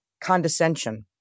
condescension